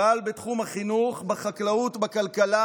פעל בתחום החינוך, בחקלאות, בכלכלה